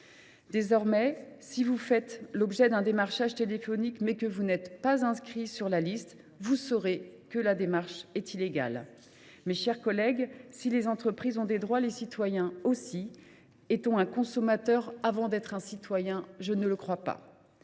l’avenir, si vous faites l’objet d’un démarchage téléphonique, mais que vous n’êtes pas inscrit sur la liste, vous saurez que la démarche est illégale. Mes chers collègues, si les entreprises ont des droits, les citoyens en ont aussi. Est on un consommateur avant d’être un citoyen ? Je ne le pense pas.